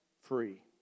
free